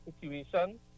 situation